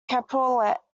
keppel